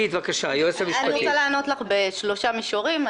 אני יכולה לענות לך בשלושה מישורים.